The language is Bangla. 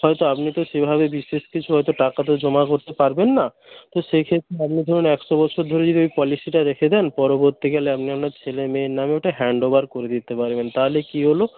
হয়ত আপনি তো সেই ভাবে বিশেষ কিছু হয়ত টাকা তো জমা করতে পারবেন না তো সেই ক্ষেত্রে আপনি ধরুন একশো বছর ধরে যদি ওই পলিসিটা রেখে দেন পরবর্তীকালে আপনি আপনার ছেলে মেয়ের নামে ওইটা হ্যান্ডওভার করে দিতে পারবেন তাহলে কী হল